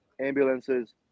ambulances